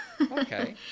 Okay